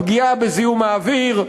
הפגיעה מזיהום האוויר,